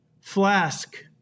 flask